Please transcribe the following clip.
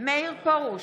מאיר פרוש,